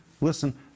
Listen